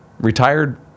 retired